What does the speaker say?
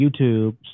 YouTube